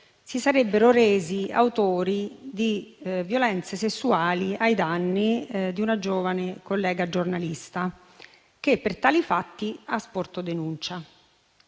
si sarebbero resi autori di violenze sessuali ai danni di una giovane collega giornalista, che per tali fatti ha sporto denuncia.